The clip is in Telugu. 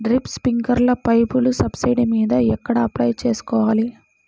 డ్రిప్, స్ప్రింకర్లు పైపులు సబ్సిడీ మీద ఎక్కడ అప్లై చేసుకోవాలి?